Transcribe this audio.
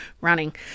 running